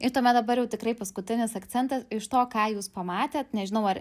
ir tuomet dabar jau tikrai paskutinis akcentas iš to ką jūs pamatėt nežinau ar